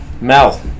Mel